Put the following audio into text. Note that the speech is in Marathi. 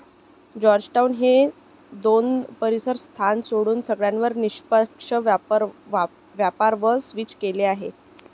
जॉर्जटाउन ने दोन परीसर स्थान सोडून सगळ्यांवर निष्पक्ष व्यापार वर स्विच केलं आहे